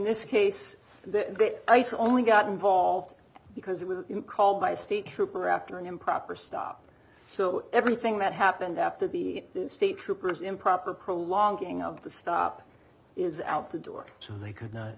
this case the ice only got involved because it was called by a state trooper after an improper stop so everything that happened after the state troopers improper prolonging of the stop is out the door so they could not